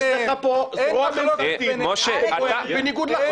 יש לך פה זרוע ממשלתית שפועלת בניגוד לחוק.